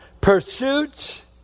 pursuits